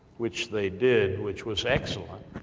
which they did, which was excellent,